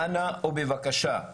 אנא ובבקשה,